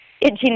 itching